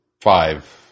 five